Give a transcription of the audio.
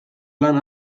lan